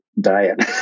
diet